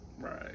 Right